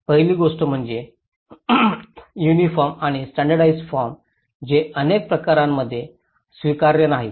पहिली गोष्ट म्हणजे युनिफॉर्म आणि स्टॅण्डर्डाइज्ड फॉर्म जे अनेक प्रकरणांमध्ये स्वीकार्य नाहीत